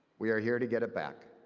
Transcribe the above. we are here to get it back.